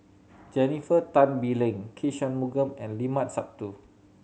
Jennifer Tan Bee Leng K Shanmugam and Limat Sabtu